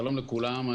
שלום לכולם.